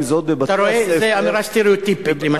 זו אמירה סטריאוטיפית.